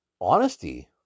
honesty